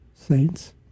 Saints